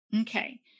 Okay